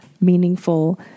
meaningful